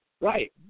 Right